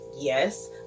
Yes